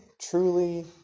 truly